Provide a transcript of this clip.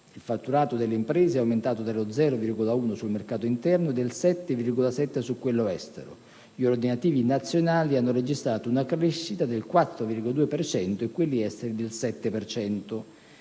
Il fatturato delle imprese è aumentato dello 0,1 sul mercato interno, e del 7,7 su quello estero. Gli ordinativi nazionali hanno registrato una crescita del 4,2 per cento, e quelli esteri del 7